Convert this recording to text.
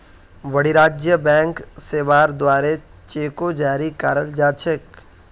वाणिज्यिक बैंक सेवार द्वारे चेको जारी कराल जा छेक